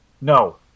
No